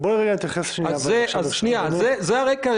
זה הרקע,